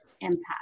impact